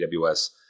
AWS